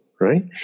right